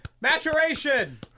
maturation